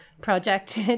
project